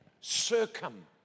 circum